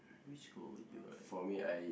which school you are